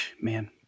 Man